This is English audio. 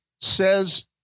says